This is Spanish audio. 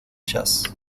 jazz